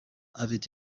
avait